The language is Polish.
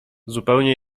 zupełnie